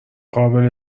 قابل